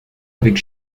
avec